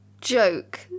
Joke